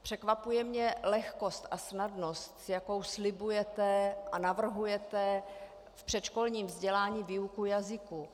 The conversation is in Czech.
Překvapuje mě lehkost a snadnost, s jakou slibujete a navrhujete v předškolním vzdělávání výuku jazyků.